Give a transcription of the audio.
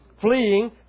fleeing